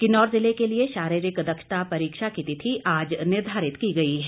किन्नौर ज़िले के लिये शारीरिक दक्षता परीक्षा की तिथि आज निर्धारित की गई है